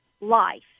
life